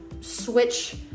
switch